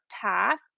path